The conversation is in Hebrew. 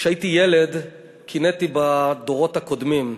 כשהייתי ילד קינאתי בדורות הקודמים,